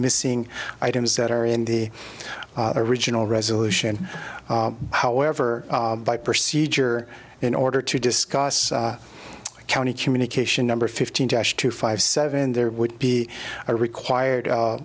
missing items that are in the original resolution however by procedure in order to discuss county communication number fifteen tash two five seven there would be a required